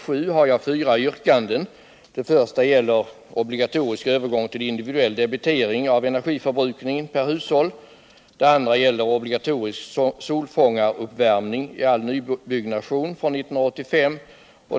Jag har fått samtliga förslag avstyrkta av utskottet.